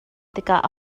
tikah